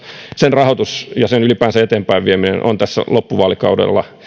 sen rahoitus ja ylipäänsä sen eteenpäinvieminen on vielä tässä loppuvaalikaudella